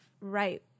right